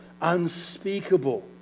unspeakable